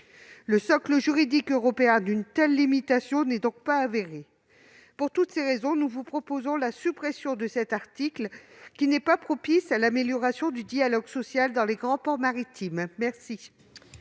Le fondement juridique d'une telle limitation n'est donc pas avéré au niveau européen. Pour toutes ces raisons, nous proposons la suppression de cet article, qui n'est pas propice à l'amélioration du dialogue social dans les grands ports maritimes. Quel